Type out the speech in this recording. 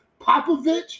Popovich